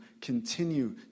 continue